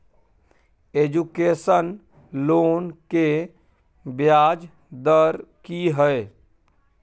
Education loan के ब्याज दर की हय?